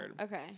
okay